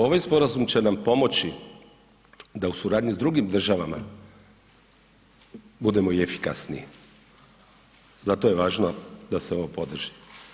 Ovaj sporazum će nam pomoći da u suradnji sa drugim državama budemo i efikasniji, zato je važno da se ovo podrži.